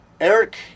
Eric